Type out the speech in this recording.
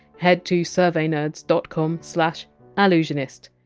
head to surveynerds dot com slash allusionist.